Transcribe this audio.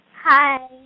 Hi